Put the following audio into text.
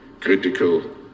critical